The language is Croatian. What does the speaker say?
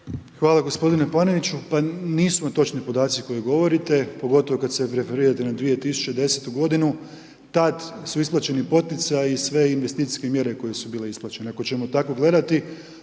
Hvala gospodinu Paneniću. Pa nisu vam točni podaci koji govorite, pogotovo kad se referirate na 2010. godinu, tad su isplaćeni poticaji, sve investicijske mjere koje su bile isplaćene, ako ćemo tako gledati,